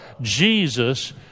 Jesus